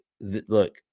look